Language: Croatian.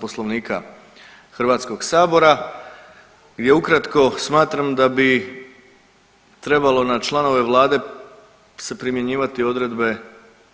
Poslovnika Hrvatskog sabora gdje ukratko smatram da bi trebalo na članove vlade se primjenjivati odredbe